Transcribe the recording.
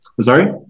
Sorry